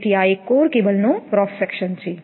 તેથી આ એક કોર કેબલનો ક્રોસ સેક્શન છે